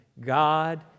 God